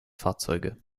fahrzeuge